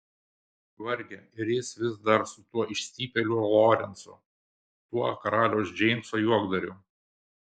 varge ir jis vis dar su tuo išstypėliu lorencu tuo karaliaus džeimso juokdariu